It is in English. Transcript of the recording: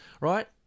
right